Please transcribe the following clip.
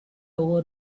over